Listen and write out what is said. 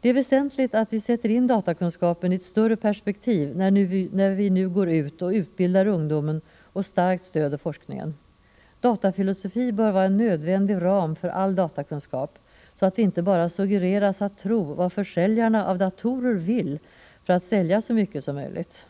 Det är väsentligt att vi sätter in datakunskapen i ett större perspektiv, när vi nu går ut och utbildar ungdomen och starkt stöder forskningen. Datafilosofi bör vara en nödvändig ram för all datakunskap, så att vi inte bara suggereras att tro vad försäljarna av datorer vill för att sälja så mycket som möjligt.